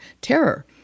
terror